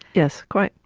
yes, quite.